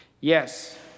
Yes